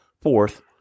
fourth